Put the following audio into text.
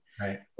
Right